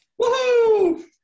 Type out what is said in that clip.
woohoo